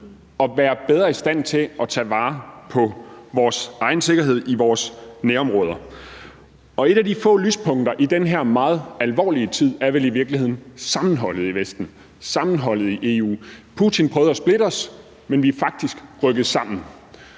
at være bedre i stand til at tage vare på vores egen sikkerhed i vores nærområder. Og et af de få lyspunkter i den her meget alvorlige tid er vel i virkeligheden sammenholdet i Vesten, sammenholdet i EU. Putin prøvede at splitte os, men vi er faktisk rykket sammen.